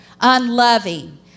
unloving